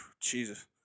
Jesus